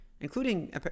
including